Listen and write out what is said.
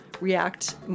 react